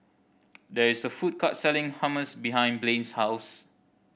there is a food court selling Hummus behind Blain's house